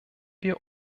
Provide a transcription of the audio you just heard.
wir